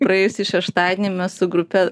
praėjusį šeštadienį mes su grupe